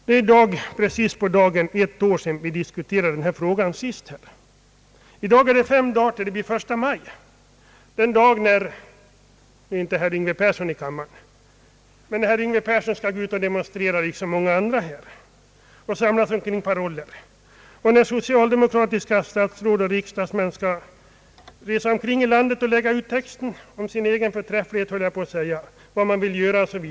Det är i dag precis ett år sedan vi diskuterade denna fråga senast. Och i dag är det fem dagar till den 1 maj. Den dagen skall Yngve Persson — han är inte här i kammaren nu — och många andra gå ut och demonstrera och samlas kring paroller. Då skall socialdemokratiska statsråd och riksdagsmän resa omkring i landet och lägga ut texten om sin egen förträfflighet, höll jag på att säga.